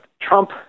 Trump